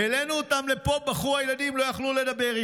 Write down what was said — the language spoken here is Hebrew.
העלינו אותם לפה, בכו הילדים, לא יכלו לדבר.